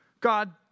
God